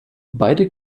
beide